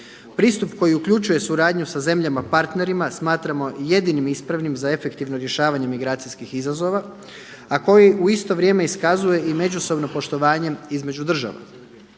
Pristup koji uključuje suradnju sa zemljama partnerima smatramo jedinim ispravnim za efektivno rješavanje migracijski izazova a koji u isto vrijeme iskazuje i međusobno poštovanje između država.